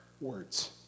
words